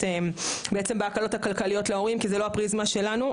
בעצם בהקלות הכלכליות להורים כי זה לא הפריזמה שלנו,